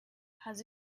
has